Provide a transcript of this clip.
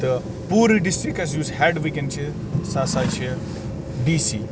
تہٕ پوٗرٕ ڈِسٹِرٛکَس یُس ہیٚڈ وُنٛکیٚن چھُ سُہ ہسا چھُ ڈی سی